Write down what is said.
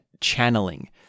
channeling